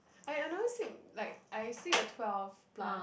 I I always sleep like I sleep at twelve plus